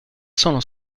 sono